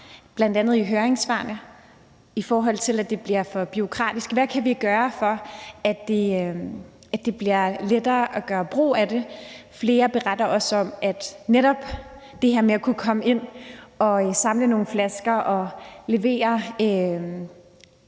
bl.a. kommer i høringssvarene, i forhold til at det bliver for bureaukratisk, og hvad vi kan gøre, for at det bliver lettere at gøre brug af det. Flere beretter også om, at netop det her med at kunne komme ind og samle nogle flasker og have